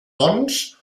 doncs